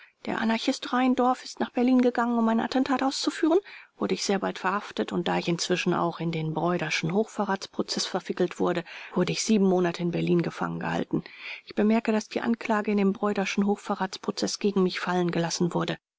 der anarchist reinsdorf ist nach berlin gegangen um ein attentat auszuführen wurde ich sehr bald verhaftet und da ich inzwischen auch in den bräuderschen hochverratsprozeß verwickelt wurde wurde ich monate in berlin gefangen gehalten ich bemerke daß die anklage in dem bräuderschen hochverratsprozeß gegen mich fallen gelassen wurde